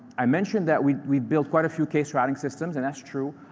i mentioned that we we build quite a few case-routing systems, and that's true.